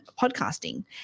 podcasting